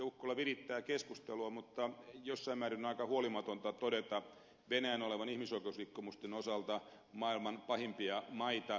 ukkola virittää keskustelua mutta jossain määrin on aika huolimatonta todeta venäjän olevan ihmisoikeusrikkomusten osalta maailman pahimpia maita